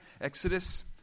Exodus